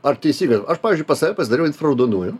ar teisybė aš pavyzdžiui pas save pasidariau infraraudonųjų